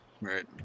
right